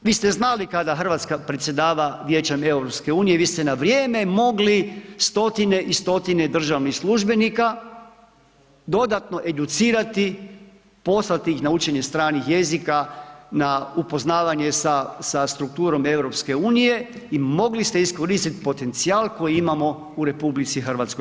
Vi ste znali kada Hrvatska predsjedava Vijećem EU i vi ste na vrijeme mogli stotine i stotine državnih službenika dodatno educirati, poslati ih na učenje stranih jezika, na upoznavanje sa strukturom EU i mogli ste iskoristiti potencijal koji imamo u RH.